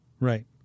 Right